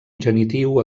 genitiu